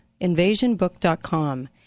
InvasionBook.com